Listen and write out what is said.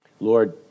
Lord